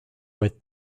with